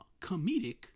comedic